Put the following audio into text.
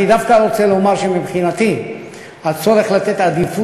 אני דווקא רוצה לומר שמבחינתי הצורך לתת העדפה